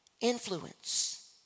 influence